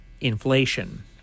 inflation